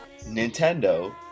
nintendo